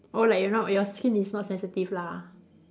oh like you know your skin is not sensitive lah